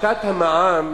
הפחתת המע"מ